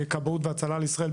בכבאות והצלה לישראל,